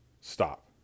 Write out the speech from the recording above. stop